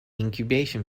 incubation